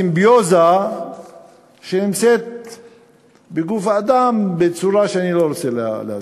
סימביוזה שנמצאת בגוף האדם בצורה שאני לא רוצה להזכיר.